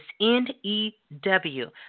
N-E-W